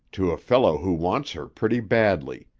to a fellow who wants her pretty badly.